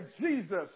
Jesus